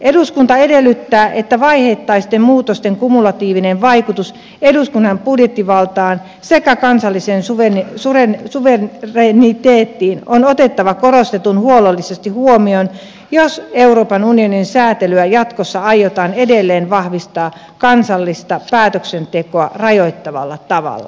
eduskunta edellyttää että vaiheittaisten muutosten kumulatiivinen vaikutus eduskunnan budjettivaltaan sekä kansalliseen suvereniteettiin on otettava korostetun huolellisesti huomioon jos eu sääntelyä jatkossa aiotaan edelleen vahvistaa kansallista päätöksentekoa rajoittavalla tavalla